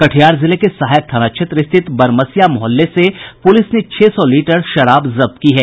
कटिहार जिले के सहायक थाना क्षेत्र स्थित बरमसिया मोहल्ले से पूलिस ने छह सौ लीटर शराब जब्त की है